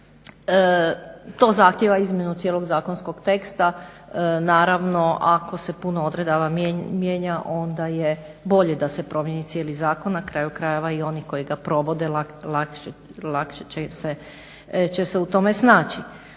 to zahtjeva izmjenu cijelog zakonskog teksta. Naravno ako se puno odredaba mijenja onda je bolje da se promijeni cijeli zakon. Na kraju krajeva i oni koji ga provode lakše će se u tome snaći.